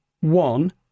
one